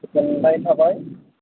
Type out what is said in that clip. गोजोननाय थाबाय